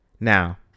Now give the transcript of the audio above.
Now